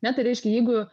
ane tai reiškia jeigu